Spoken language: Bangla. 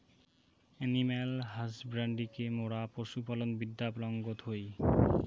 এনিম্যাল হাসব্যান্ড্রিকে মোরা পশু পালন বিদ্যা বলাঙ্গ থুই